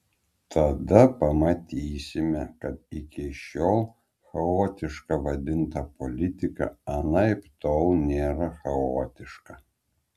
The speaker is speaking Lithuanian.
tada pamatysime kad iki šiol chaotiška vadinta politika anaiptol nėra chaotiška